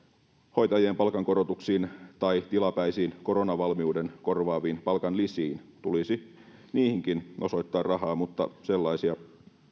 hoitajien palkankorotuksiin tai tilapäisiin koronavalmiuden korvaaviin palkanlisiin tulisi niihinkin osoittaa rahaa mutta sellaisia